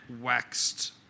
waxed